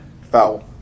foul